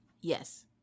Yes